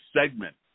segment